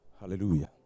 Hallelujah